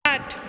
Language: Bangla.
আট